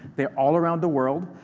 they're all around the world,